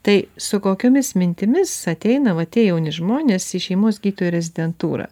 tai su kokiomis mintimis ateina va tie jauni žmonės į šeimos gydytojų rezidentūrą